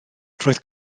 roedd